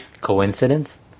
coincidence